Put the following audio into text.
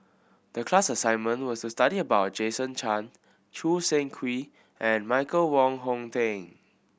the class assignment was to study about Jason Chan Choo Seng Quee and Michael Wong Hong Teng